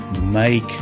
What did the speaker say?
make